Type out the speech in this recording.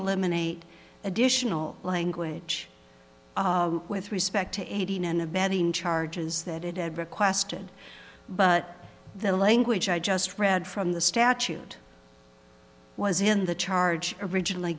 eliminate additional language with respect to eighteen and abetting charges that it had requested but the language i just read from the statute was in the charge originally